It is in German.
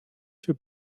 für